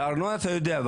וארנונה, אתה יודע.